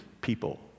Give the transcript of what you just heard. people